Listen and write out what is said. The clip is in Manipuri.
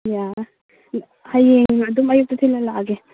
ꯍꯌꯦꯡ ꯑꯗꯨꯝ ꯑꯌꯨꯛꯇ ꯊꯤꯜꯍꯜꯂꯛꯂꯒꯦ